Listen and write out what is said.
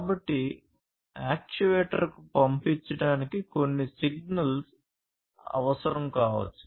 కాబట్టి యాక్చుయేటర్కు పంపించడానికి కొన్ని సిగ్నల్ అవసరం కావచ్చు